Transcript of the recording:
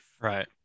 right